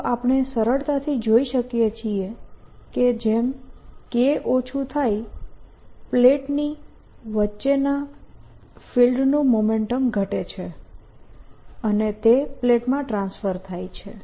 તો આપણે સરળતાથી જોઈ શકીએ છીએ કે જેમ K ઓછું થાય પ્લેટોની વચ્ચેના ફિલ્ડનું મોમેન્ટમ ઘટે છે અને તે પ્લેટોમાં ટ્રાન્સફર થાય છે